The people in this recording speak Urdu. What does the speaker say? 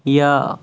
یا